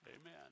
Amen